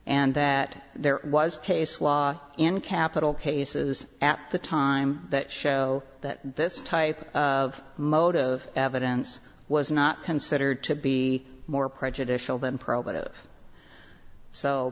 and that there was case law and capital cases at the time that show that this type of mode of evidence was not considered to be more prejudicial than probative so